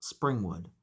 Springwood